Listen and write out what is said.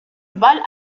bal